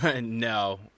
No